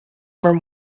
from